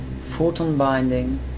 Photon-binding